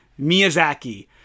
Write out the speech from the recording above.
miyazaki